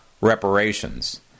reparations